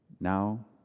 Now